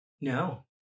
No